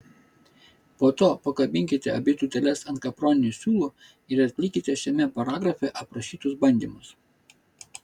po to pakabinkite abi tūteles ant kaproninių siūlų ir atlikite šiame paragrafe aprašytus bandymus